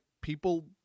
people